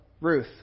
Ruth